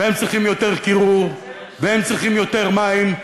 והם צריכים יותר קירור, והם צריכים יותר מים.